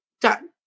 Done